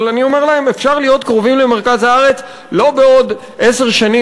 אבל אני אומר להם: אפשר להיות קרובים למרכז הארץ לא בעוד עשר שנים,